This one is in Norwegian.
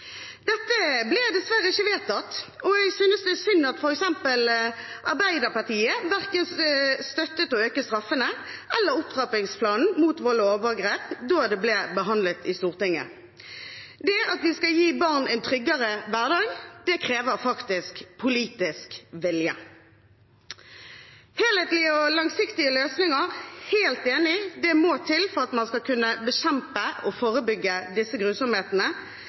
Dette ble dessverre ikke vedtatt, og jeg synes det er synd at f.eks. Arbeiderpartiet verken støttet å øke straffen eller opptrappingsplanen mot vold og overgrep da det ble behandlet i Stortinget. Det at vi skal gi barn en tryggere hverdag, krever politisk vilje. Helhetlige og langsiktige løsninger – helt enig, det må til for at man skal kunne bekjempe og forebygge disse grusomhetene